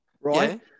right